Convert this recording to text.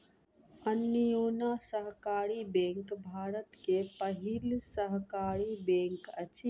Anyonya Sahakari bank Bharat के पहिल सहकारी बैंक अछि